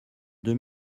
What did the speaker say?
deux